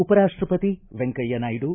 ಉಪರಾಷ್ಟಪತಿ ವೆಂಕಯ್ಯ ನಾಯ್ದು